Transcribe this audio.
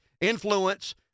influence